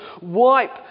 wipe